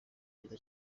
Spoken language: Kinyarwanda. byiza